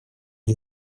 для